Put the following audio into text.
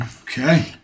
Okay